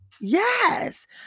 Yes